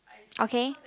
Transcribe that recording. okay